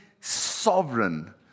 sovereign